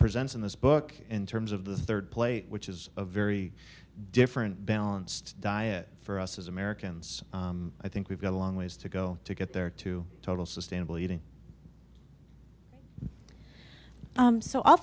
presents in this book in terms of the third plate which is a very different balanced diet for us as americans i think we've got a long ways to go to get there to total sustainable eating so all